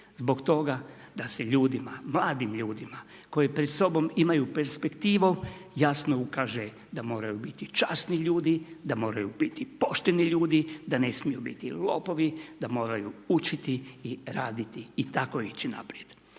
zbog toga da se ljudima, mladim ljudima, koji pred sobom imaju perspektivu, jasno ukaže da moraju biti časni ljudi, da moraju biti pošteni ljudi, da ne smiju biti lopovi, da moraju učiti i raditi i tako ići naprijed.